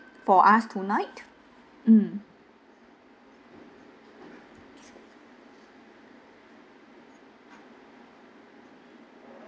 for us tonight mm